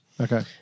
Okay